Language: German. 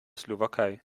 slowakei